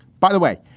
by the way,